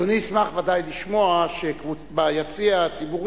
אדוני ישמח בוודאי לשמוע שביציע הציבור